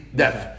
death